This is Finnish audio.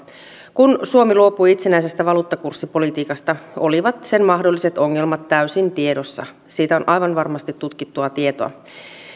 kun suomi luopui itsenäisestä valuuttakurssipolitiikasta olivat sen mahdolliset ongelmat täysin tiedossa siitä on aivan varmasti tutkittua tietoa